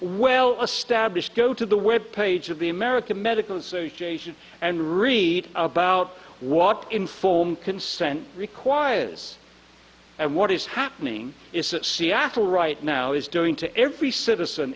well established go to the web page of the american medical association and read about what informed consent requires and what is happening is that seattle right now is doing to every citizen